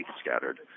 scattered